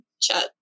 chat